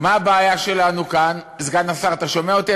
מה הבעיה שלנו כאן, סגן השר, אתה שומע אותי?